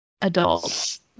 adults